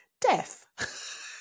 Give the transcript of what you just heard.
Death